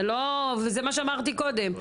וזה מה שאמרתי קודם,